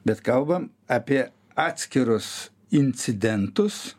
bet kalbam apie atskirus incidentus